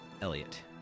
Elliot